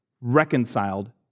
reconciled